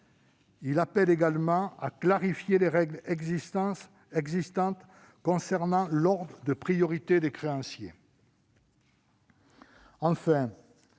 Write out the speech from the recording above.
Il appelle d'ailleurs à clarifier les règles existantes concernant l'ordre de priorité des créanciers.